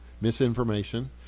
misinformation